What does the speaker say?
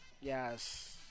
Yes